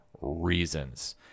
reasons